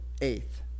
eighth